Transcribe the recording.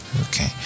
Okay